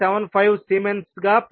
75 సిమెన్స్గా పొందుతారు